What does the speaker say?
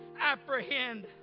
apprehend